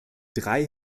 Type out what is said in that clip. drei